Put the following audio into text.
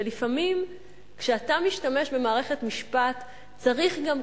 שלפעמים כשאתה משתמש במערכת משפט צריך גם קצת,